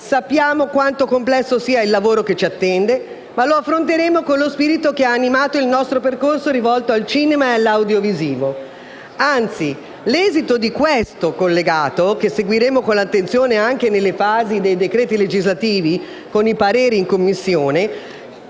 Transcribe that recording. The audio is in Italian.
Sappiamo quanto sia complesso il lavoro che ci attende, ma lo affronteremo con lo spirito che ha animato in nostro percorso rivolto al cinema e all'audiovisivo. Anzi, l'esito di questo collegato, che seguiremo con attenzione anche nelle fasi dei decreti legislativi con i pareri che